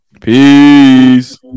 Peace